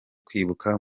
kwibuka